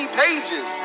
pages